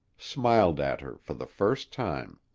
smiled at her for the first time.